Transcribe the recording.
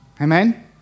Amen